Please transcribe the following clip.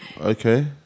Okay